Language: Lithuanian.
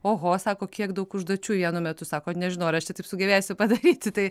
oho sako kiek daug užduočių vienu metu sako nežinau ar aš čia taip sugebėsiu padaryti tai